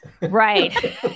Right